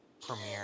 Premiere